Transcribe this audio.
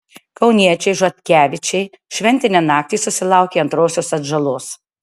kauniečiai žotkevičiai šventinę naktį susilaukė antrosios atžalos